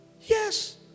Yes